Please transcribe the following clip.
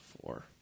Four